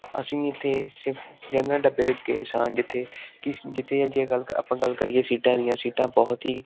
ਅਸੀਂ ਇਹਤੇ ਸਿਰਫ ਜਨਰਲ ਡੱਬੇ ਵਿੱਚ ਗਏ ਸਾਂ ਜਿੱਥੇ ਕੀ ਜਿੱਥੇ ਜੇ ਗੱਲ ਆਪਾਂ ਗੱਲ ਕਰੀਏ ਸੀਟਾਂ ਦੀਆਂ ਸੀਟਾਂ ਬਹੁਤ ਹੀ